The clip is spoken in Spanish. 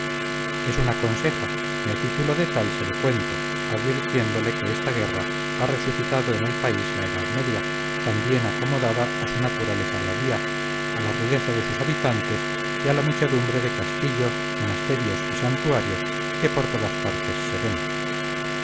es una conseja y a título de tal se lo cuento advirtiéndole que esta guerra ha resucitado en el país la edad media tan bien acomodada a su naturaleza bravía a la rudeza de sus habitantes y a la muchedumbre de castillos monasterios y santuarios que por todas partes se ven